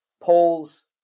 polls